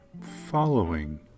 following